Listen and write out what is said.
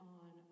on